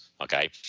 okay